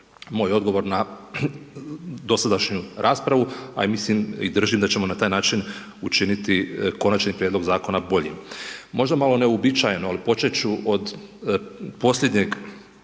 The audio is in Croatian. moj odgovor na dosadašnju raspravu a i mislim, držim da ćemo na taj način učiniti konačni prijedlog zakona boljim. Možda malo neuobičajeno, ali počet ću od posljednjeg